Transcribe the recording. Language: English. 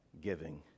giving